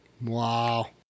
Wow